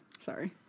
Sorry